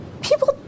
People